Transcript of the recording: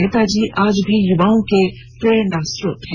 नेताजी आज भी युवाओं के प्रेरणा सोत्र हैं